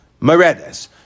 meredes